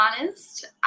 honest